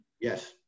Yes